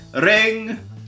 Ring